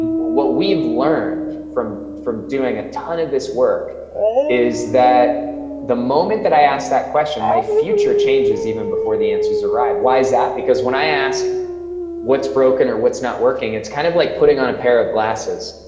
what we've learned from from doing a ton of this work is that the moment that i ask that question, my future changes even before my answers arrive. why is that? because when i ask what's broken or what's not working, it's kind of like putting on a pair of glasses.